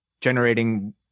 generating